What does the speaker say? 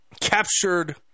captured